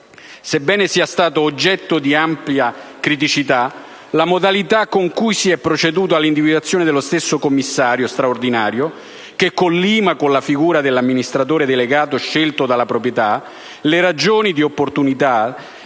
Sebbene sia stata oggetto di numerose critiche la modalità con cui si è proceduto all'individuazione dello stesso commissario straordinario, che collima con la figura dell'amministratore delegato scelto dalla proprietà, le ragioni di opportunità,